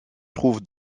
trouve